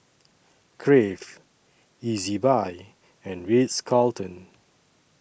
Crave Ezbuy and Ritz Carlton